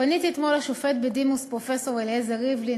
פניתי אתמול לשופט בדימוס פרופסור אליעזר ריבלין,